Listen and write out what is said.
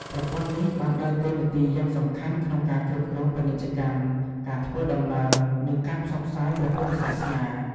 ប្រព័ន្ធនេះបានដើរតួនាទីយ៉ាងសំខាន់ក្នុងការគ្រប់គ្រង ពាណិជ្ជកម្ម ការធ្វើដំណើរ និងការផ្សព្វផ្សាយព្រះពុទ្ធសាសនា។